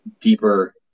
deeper